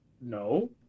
no